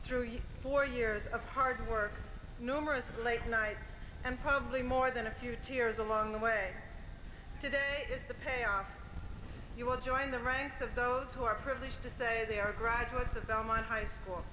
your four years of hard work numerous late nights and probably more than a few tears along the way today is the payoff you will join the ranks of those who are privileged to say they are graduates of belmont high school